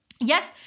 Yes